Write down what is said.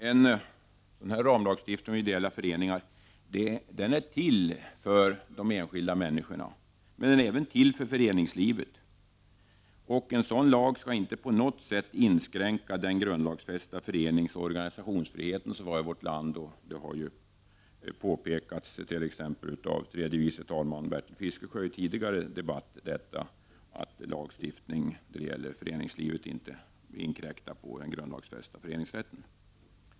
En ramlagstiftning om ideella föreningar är till för de enskilda människorna, men även för föreningslivet. En sådan lag skall inte på något sätt inskränka den grundlagsfästa föreningsoch organisationsfriheten i vårt land. Det har påpekats av t.ex. tredje vice talmannen Bertil Fiskesjö i tidigare debatt att lagstiftning då det gäller föreningslivet inte inkräktar på den grundlagsfästa föreningsrätten.